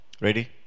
Ready